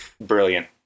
brilliant